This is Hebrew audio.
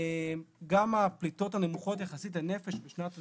גם הפליטות הנמוכות יחסית לנפש בשנת הבסיס,